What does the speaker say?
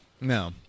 No